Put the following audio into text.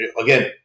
Again